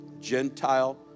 Gentile